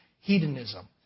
hedonism